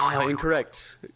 Incorrect